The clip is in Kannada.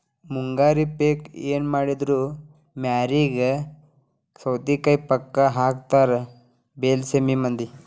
ಮುಂಗಾರಿ ಪಿಕ್ ಎನಮಾಡಿದ್ರು ಮ್ಯಾರಿಗೆ ಸೌತಿಕಾಯಿ ಪಕ್ಕಾ ಹಾಕತಾರ ಬೈಲಸೇಮಿ ಮಂದಿ